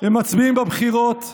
הם מצביעים בבחירות,